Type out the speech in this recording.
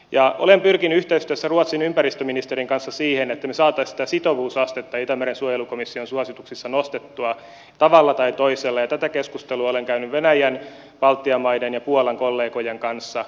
olen pyrkinyt yhteistyössä ruotsin ympäristöministerin kanssa siihen että me saisimme sitä sitovuusastetta itämeren suojelukomission suosituksissa nostettua tavalla tai toisella ja tätä keskustelua olen käynyt venäjän baltian maiden ja puolan kollegojen kanssa